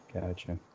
Gotcha